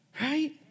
right